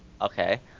Okay